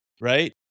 right